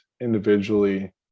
individually